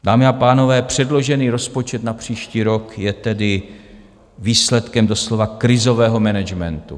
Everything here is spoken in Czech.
Dámy a pánové, předložený rozpočet na příští rok je tedy výsledkem doslova krizového managementu.